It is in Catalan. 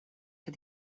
que